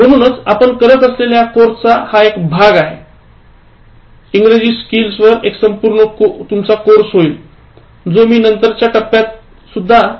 म्हणूनच आपण करत असलेल्या या कोर्सचा हा एक भाग आहे म्हणून मला आवडत नाही इंग्रजी स्किल्सवर एक संपूर्ण कोर्स होईल जो मी नंतरच्या टप्प्यावर करेन परंतु या टप्प्यावर नाही